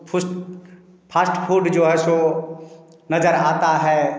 फूस fast food जो है सो नज़र आता है